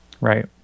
Right